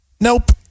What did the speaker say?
nope